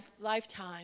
lifetime